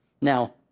Now